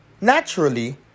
Naturally